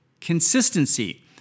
consistency